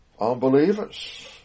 unbelievers